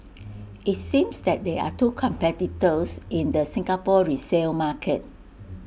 IT seems that there are two competitors in the Singapore resale market